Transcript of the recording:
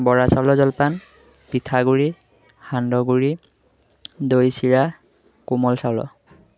বৰা চাউলৰ জলপান পিঠাগুড়ি সান্দহগুৰি দৈ চিৰা কোমল চাউলৰ